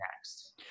next